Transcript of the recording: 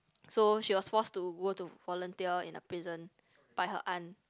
so she was forced to go to volunteer in a prison by her aunt